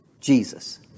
Jesus